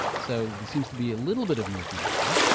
and so this seems to be a little bit of movement there?